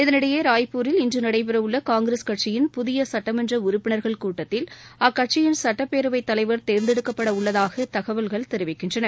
இதனிடையே ராய்ப்பூரில் இன்று நடைபெற உள்ள காங்கிரஸ் கட்சியின் புதிய சுட்டமன்ற உறுப்பினர்கள் கூட்டத்தில் அக்கட்சியின் சுட்டப்பேரவைத் தலைவர் தேர்ந்தெடுக்கப்பட உள்ளதாக தகவல்கள் தெரிவிக்கின்றன